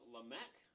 Lamech